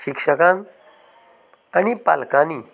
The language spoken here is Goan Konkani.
शिक्षकान आनी पालकांनी